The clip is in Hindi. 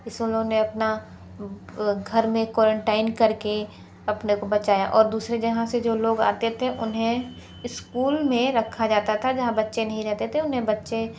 इस उन्होंने अपना घर में कोरनटाइन करके अपने को बचाया और दूसरी जगह से जो लोग आते थे उन्हें स्कूल में रखा जाता था जहाँ बच्चे नहीं रहते थे उन्हें बच्चे